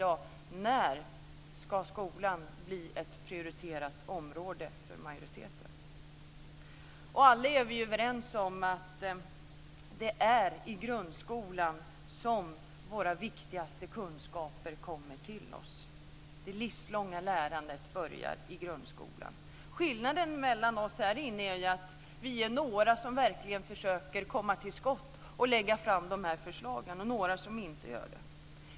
Alla är vi överens om att det är i grundskolan som våra viktigaste kunskaper kommer till oss. Det livslånga lärandet börjar i grundskolan. Skillnaden mellan oss här inne är att vi är några som verkligen försöker komma till skott och lägga fram förslag och några som inte gör det.